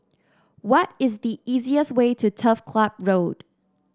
what is the easiest way to Turf Club Road